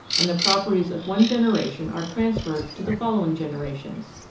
and the properties of one generation are transferred to the following generations.